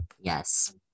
Yes